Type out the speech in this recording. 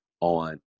on